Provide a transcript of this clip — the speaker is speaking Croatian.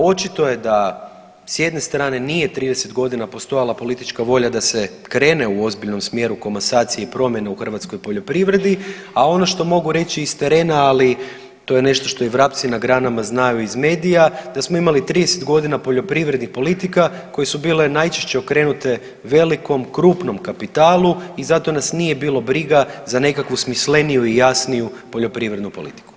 Očito je da s jedne strane nije 30.g. postojala politička volja da se krene u ozbiljnom smjeru komasacije i promjene u hrvatskoj poljoprivredi, a ono što mogu reći iz terena, ali to je nešto što i vrapci na granama znaju iz medija da smo imali 30.g. poljoprivrednih politika koje su bile najčešće okrenute velikom krupnom kapitalu i zato nas nije bilo briga za nekakvu smisleniju i jasniju poljoprivrednu politiku.